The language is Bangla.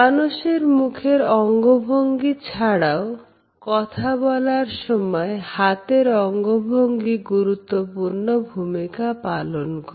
মানুষের মুখের অঙ্গভঙ্গি ছাড়াও কথা বলার সময় হাতের অঙ্গভঙ্গি গুরুত্বপূর্ণ ভূমিকা পালন করে